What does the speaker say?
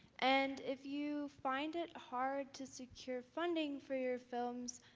and if you find it hard to secure funding for your films,